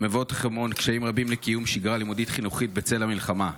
מבואות חרמון יש קשיים רבים בקיום שגרה לימודית-חינוכית בצל המלחמה.